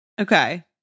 Okay